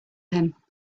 him